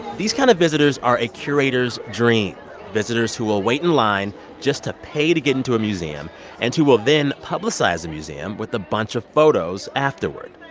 these kind of visitors are a curator's dream visitors who will wait in line just to pay to get into a museum and who will then publicize the museum with a bunch of photos afterward.